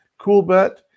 CoolBet